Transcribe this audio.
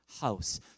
house